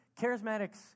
Charismatics